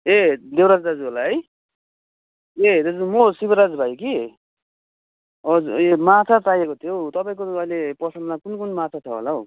ए देउराज दाजु होला है ए दाजु म शिवराज भाइ कि हजुर ए माछा चाहिएको थियो हौ तपाईँको अहिले पसलमा कुन कुन माछा छ होला हौ